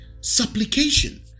supplication